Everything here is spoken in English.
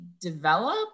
develop